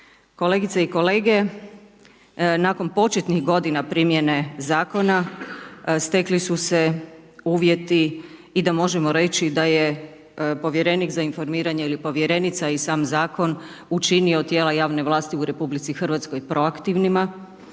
Kolegice i kolege, nakon početnih godina primjene Zakona, stekli su se uvjeti, i da možemo reći da je Povjerenik za informiranje ili Povjerenica, i sam Zakon, učinio tijela javne vlasti u Republici Hrvatskoj proaktivnima,